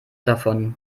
davon